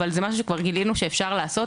אבל זה משהו שכבר גילינו שאפשר לעשות,